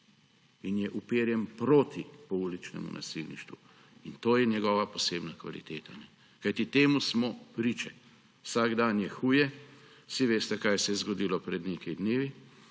in je uperjen proti pouličnemu nasilništvu. In to je njegova posebna kvaliteta, kajti temu smo priče. Vsak dan je huje, vsi veste, kaj se je zgodilo pred nekaj dnevni,